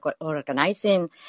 organizing